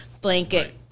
blanket